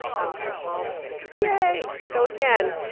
ok, all the things. yay. so again,